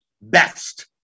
Best